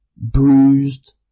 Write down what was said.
bruised